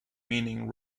meaning